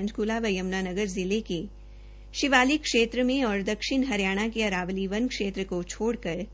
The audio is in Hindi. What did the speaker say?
पंचक्ला व यमुनानगर जिले के शिवालिक क्षेत्र मे और दक्षिण हरियाणा के अरावली वन क्षेत्र को छोड़कर